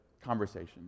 conversation